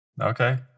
Okay